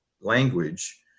language